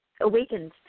awakened